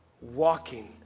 walking